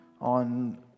on